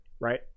right